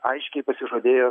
aiškiai pasižadėjo